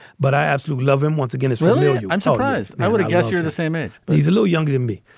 but i absolutely love him once again as romeo. i'm surprised. i would guess you're the same age. but he's a little younger than me.